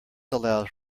allows